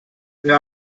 wir